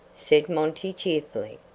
said monty, cheerfully.